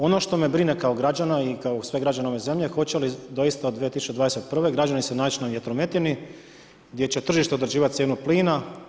Ono što me brine kao građana i kao sve građane ove zemlje hoće li doista od 2021. građani se naći na vjetrometini gdje će tržište određivati cijenu plina.